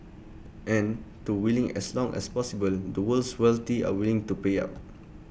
and to willing as long as possible the world's wealthy are willing to pay up